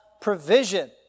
provision